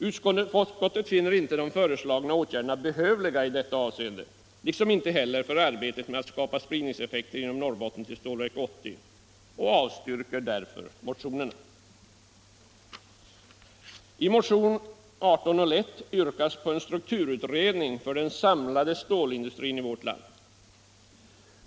Utskottet finner inte de föreslagna åtgärderna behövliga i detta avseende, liksom inte heller för arbetet med att skapa spridningseffekter till Stålverk 80 inom hela Norrbotten, och avstyrker därför motionerna. I motion 1801 yrkas på en strukturutredning för den samlade stålindustrin i vårt land.